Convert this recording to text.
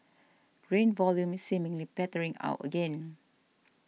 grain volume is seemingly petering out again